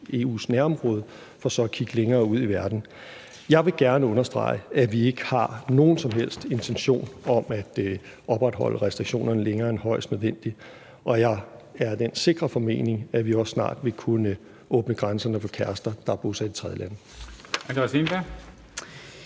EU's nærområde, for så at kigge længere ud i verden. Jeg vil gerne understrege, at vi ikke har nogen som helst intention om at opretholde restriktionerne længere end højst nødvendigt, og jeg er af den sikre formening, at vi også snart vil kunne åbne grænserne for kærester, der er bosat i tredjelande.